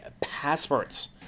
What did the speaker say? passwords